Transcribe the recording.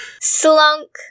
Slunk